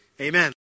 amen